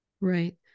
Right